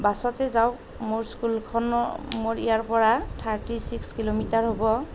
বাছতে যাওঁ মোৰ স্কুলখনৰ মোৰ ইয়াৰ পৰা থাৰ্টি ছিক্স কিলোমিটাৰ হ'ব